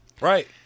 Right